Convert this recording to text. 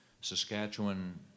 Saskatchewan